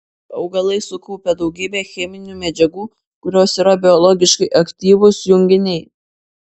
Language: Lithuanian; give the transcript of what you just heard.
augalai sukaupia daugybę cheminių medžiagų kurios yra biologiškai aktyvūs junginiai